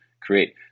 create